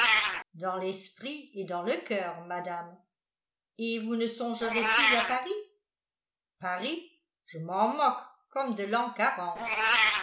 dans l'esprit et dans le coeur madame et vous ne songerez plus à paris paris je m'en moque comme de l'an quarante